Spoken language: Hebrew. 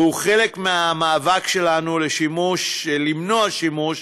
והוא חלק מהמאבק שלנו למנוע שימוש